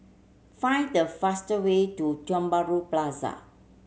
find the fastest way to Tiong Bahru Plaza